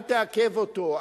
אל תעכב אותו,